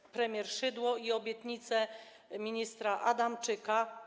Były premier Szydło i obietnice ministra Adamczyka.